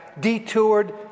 detoured